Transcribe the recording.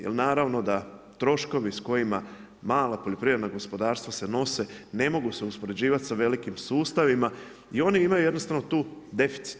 Jer naravno da troškovi s kojima mala poljoprivredna gospodarstva se nose, ne mogu se uspoređivati sa velikim sustavima i oni imaju jednostavno tu deficit.